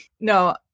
No